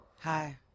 Hi